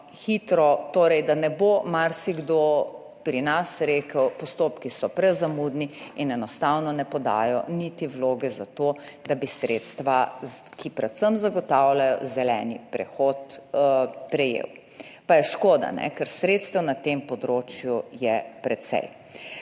hitro, torej da ne bo marsikdo pri nas rekel, postopki so prezamudni, in enostavno ne podal niti vloge za to, da bi sredstva, ki predvsem zagotavljajo zeleni prehod, prejel. Pa je škoda, ker sredstev na tem področju je precej.